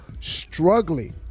struggling